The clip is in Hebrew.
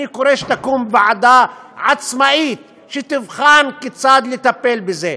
אני קורא להקמת ועדה עצמאית שתבחן כיצד לטפל בזה,